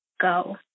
go